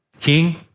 King